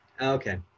Okay